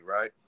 right